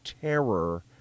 terror